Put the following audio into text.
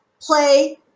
play